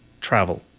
travel